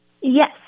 Yes